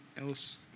else